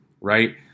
right